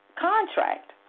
contract